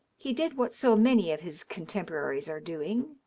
he did what so many of his contemporaries are doing,